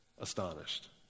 astonished